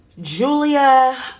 julia